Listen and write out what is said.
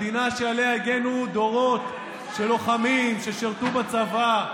מדינה שעליה הגנו דורות של לוחמים ששירתו בצבא,